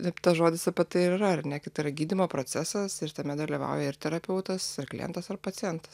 taip žodis apie tai yra ar ne kad tai yra gydymo procesas ir tame dalyvauja ir terapeutas ir klientas ir pacientas